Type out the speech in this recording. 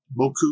Moku